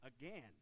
again